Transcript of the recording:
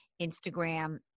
Instagram